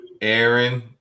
Aaron